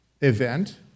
event